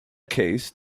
case